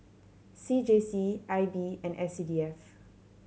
C J C I B and S C D F